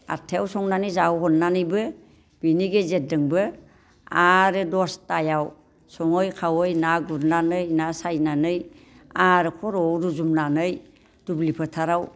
आथ्थायाव संनानै जाहोहरनानैबो बेनि गेजेरजोंबो आरो दसतायाव सङै खावै ना गुरनानै ना सायनानै आरो खर'आव रुजुननानै दुब्लि फोथाराव